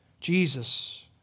Jesus